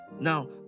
now